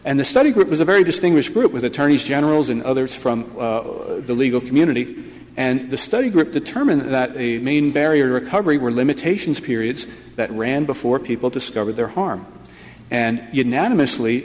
and the study group was a very distinguished group with attorneys generals and others from the legal community and the study group determined that the main barrier to recovery were limitations periods that ran before people discovered their harm and unanimously